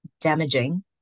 damaging